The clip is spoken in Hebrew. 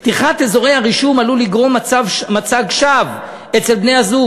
פתיחת אזורי הרישום עלולה לגרום מצג שווא אצל בני-הזוג,